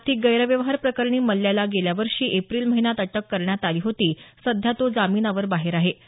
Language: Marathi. आर्थिक गैरव्यवहार प्रकरणी मल्ल्याला गेल्या वर्षी एप्रिल महिन्यात अटक करण्यात आली होती सध्या तो जामिनावर बाहेर आहे